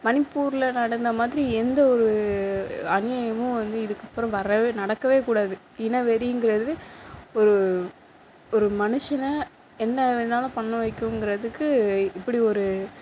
மணிப்பூரில் நடந்த மாதிரி எந்த ஒரு அநியாயமும் வந்து இதுக்கப்புறம் வரவே நடக்கவே கூடாது இனவெறிங்கிறது ஒரு ஒரு மனுஷனை என்ன வேண்ணாலும் பண்ண வைக்குங்கிறதுக்கு இப்படி ஒரு